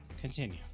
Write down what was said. Continue